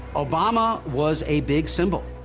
obama was a big symbol.